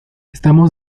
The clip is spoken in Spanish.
estamos